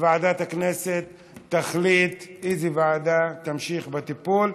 ועדת הכנסת תחליט איזו ועדה תמשיך בטיפול.